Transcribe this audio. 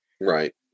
right